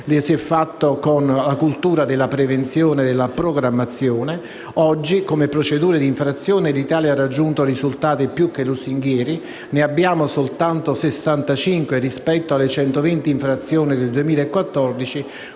si è fatto con la cultura della prevenzione e della programmazione. Oggi, come procedure di infrazione, l'Italia ha raggiunto risultati più che lusinghieri: ne abbiamo soltanto 65 rispetto alle 120 infrazioni del 2014,